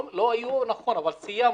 לא היו, נכון, אבל סיימנו,